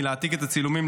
להעתיק את הצילומים,